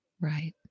Right